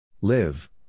Live